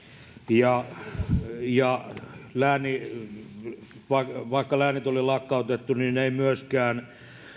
ja ja vaikka läänit oli lakkautettu niin eivät myöskään